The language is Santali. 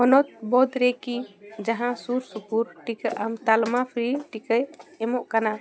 ᱯᱚᱱᱚᱛ ᱵᱚᱫᱽ ᱨᱮᱠᱤ ᱡᱟᱦᱟᱸ ᱥᱩᱨ ᱥᱩᱯᱩᱨ ᱴᱤᱠᱟᱹ ᱟᱢ ᱛᱟᱞᱢᱟ ᱯᱷᱨᱤ ᱴᱤᱠᱟᱹᱭ ᱮᱢᱚᱜ ᱠᱟᱱᱟ